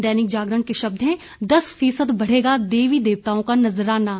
दैनिक जागरण के शब्द हैं दस फीसद बढ़ेगा देवी देवताओं का नज़राना